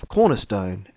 Cornerstone